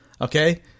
Okay